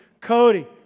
Cody